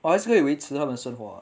but 还是可以维持他的生活 [what]